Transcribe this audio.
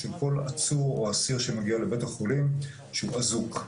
שכל עצור או אסיר שמגיע לבית החולים כשהוא אזוק,